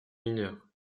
mineur